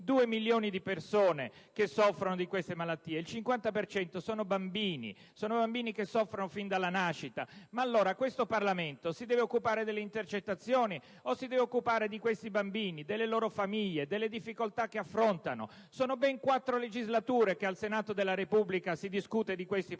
due milioni le persone che soffrono di queste malattie, ed il 50 per cento sono bambini, bambini che soffrono fin dalla nascita. Ed allora mi chiedo: questo Parlamento si deve occupare delle intercettazioni o si deve occupare di questi bambini, delle loro famiglie, delle difficoltà che affrontano? Sono ben quattro legislature che al Senato della Repubblica si discute di questi problemi